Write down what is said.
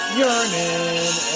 yearning